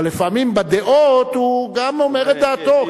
אבל לפעמים בדעות הוא גם אומר את דעתו.